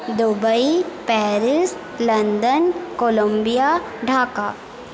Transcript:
Dubai Paris London Columbia Dhaka